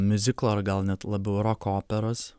miuziklo ar gal net labiau roko operos